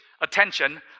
attention